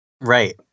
Right